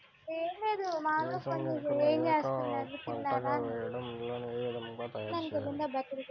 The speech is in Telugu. ఏసంగిలో ఏక పంటగ వెయడానికి నేలను ఏ విధముగా తయారుచేయాలి?